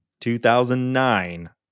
2009